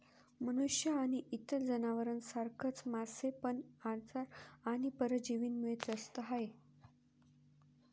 मनुष्य आणि इतर जनावर सारखच मासे पण आजार आणि परजीवींमुळे त्रस्त आहे